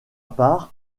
part